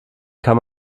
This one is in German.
kann